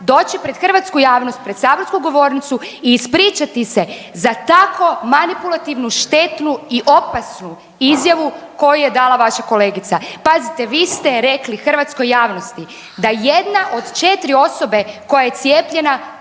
doći pred hrvatsku javnost, pred saborsku govornicu i ispričati se za tako manipulativno štetnu i opasnu izjavu koju je dala vaša kolegica. Pazite vi ste rekli hrvatskoj javnosti da jedna od četiri osobe koja je cijepljena